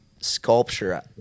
sculpture